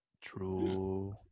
True